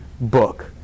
book